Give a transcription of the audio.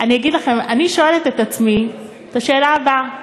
אני אגיד לכם, אני שואלת את עצמי את השאלה הבאה: